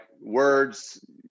words